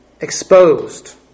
exposed